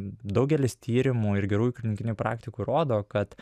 daugelis tyrimų ir gerųjų klinikinių praktikų rodo kad